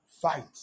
Fight